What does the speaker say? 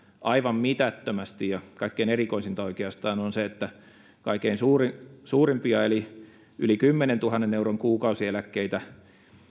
aivan mitättömästi ja kaikkein erikoisinta oikeastaan on se että pikemminkin kaikkein suurimpia eli yli kymmenentuhannen euron kuukausieläkkeitä